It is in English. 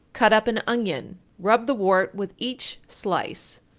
cut up an onion, rub the wart with each slice,